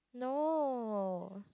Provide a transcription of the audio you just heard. no